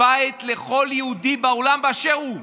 בית לכל יהודי בעולם באשר הוא.